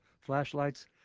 flashlights